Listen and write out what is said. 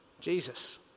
Jesus